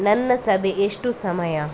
ನನ್ನ ಸಭೆ ಎಷ್ಟು ಸಮಯ